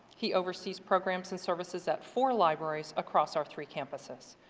he oversees programs and services at four libraries across our three campuses.